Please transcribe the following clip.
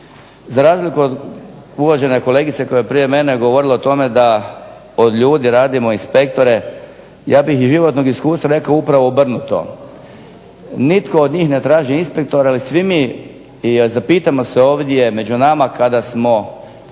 za razliku od uvažene kolegice koja je prije mene govorila o tome da od ljudi radimo inspektore. Ja bih iz životnog iskustva rekao upravo obrnuto. Nitko od njih ne traži inspektore, ali svi mi i zapitamo se ovdje među nama kada smo